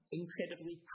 incredibly